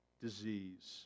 disease